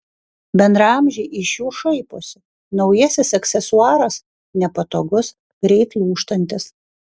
bendraamžiai iš jų šaiposi naujasis aksesuaras nepatogus greit lūžtantis